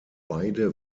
beide